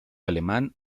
alemán